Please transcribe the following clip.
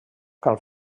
cal